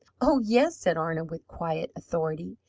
oh, yes! said arna, with quiet authority.